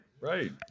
right